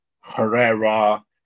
Herrera